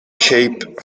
cape